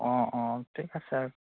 অঁ অঁ ঠিক আছে